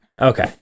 okay